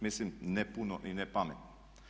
Mislim ne puno i ne pametno.